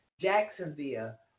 Jacksonville